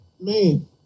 man